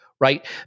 right